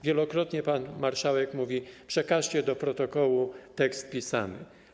Wielokrotnie pan marszałek mówi: przekażcie do protokołu tekst pisany.